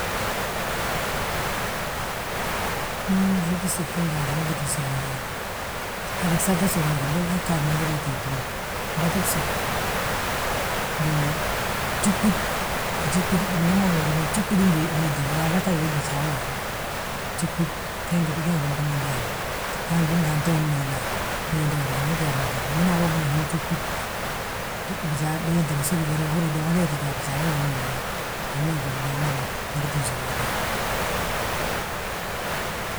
Mbo ño bloti usibi ngaadu we ngitin súm mo ndaani, handi sati suŋi ma, bari han ganti ii ggadi ngiti to díba mo. Mbatu bsu, ngi júɓud, biñaŋ ma ŋóodi mbo júɓudin béeda, yaa ngette wiin bijaa wi waabo. Júɓud we ingi loti mo ndaani, han ngí ngi anto anín holla, hiinda wolla angiti yaanti mo Goolan. Angina yaa mo wo ngi gí mo wii júɓud, sulu uber, uhúri yaa domoda wee tti ga a bijaa, we gí wiin bimindi, bina yaa domoda, ibba yaa huŋ, ngiti súm mo ndaani.